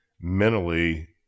mentally